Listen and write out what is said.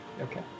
Okay